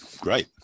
Great